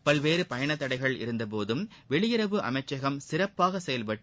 பல்வேறு பயண தடைகள் இருந்த போதும் வெளியுறவு அமைச்சகம் சிறப்பாக செயல்பட்டு